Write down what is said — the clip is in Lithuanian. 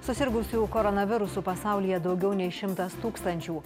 susirgusiųjų koronavirusu pasaulyje daugiau nei šimtas tūkstančių